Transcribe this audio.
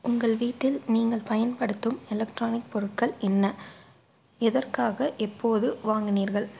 உங்கள் வீட்டில் நீங்கள் பயன்படுத்தும் எலக்ட்ரானிக் பொருட்கள் என்ன எதற்காக எப்போது வாங்கினீர்கள்